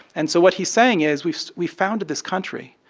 and so what he's saying is we so we founded this country,